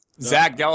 Zach